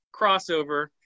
crossover